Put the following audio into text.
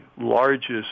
largest